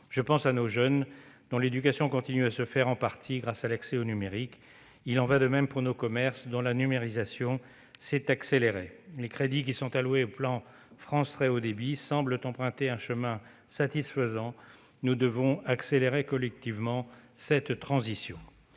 Je pense à nos jeunes, dont l'éducation se poursuit en partie grâce à l'accès au numérique. Il en va de même pour nos commerces dont la numérisation s'est accélérée. Les crédits qui sont alloués au plan France Très haut débit semblent emprunter un chemin satisfaisant. Nous devons accélérer collectivement cette transition.